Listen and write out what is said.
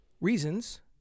reasons